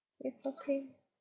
it's okay